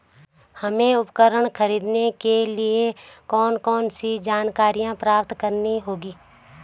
हमें उपकरण खरीदने के लिए कौन कौन सी जानकारियां प्राप्त करनी होगी?